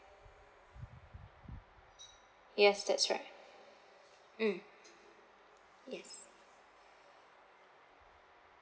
yes that's right mm yes